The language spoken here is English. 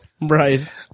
Right